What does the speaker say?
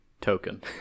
token